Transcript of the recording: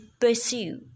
pursue